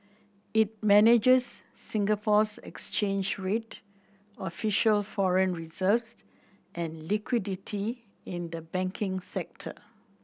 it manages Singapore's exchange rate official foreign reserves and liquidity in the banking sector